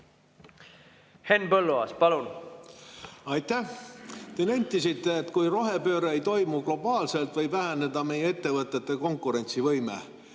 Henn Põlluaas, palun! Aitäh! Te nentisite, et kui rohepööre ei toimu globaalselt, siis võib väheneda meie ettevõtete konkurentsivõime.